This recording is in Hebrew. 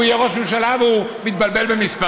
הוא יהיה ראש ממשלה והוא מתבלבל במספרים.